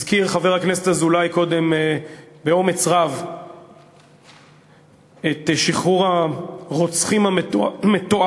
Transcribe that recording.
הזכיר חבר הכנסת אזולאי קודם באומץ רב את שחרור הרוצחים המתועבים,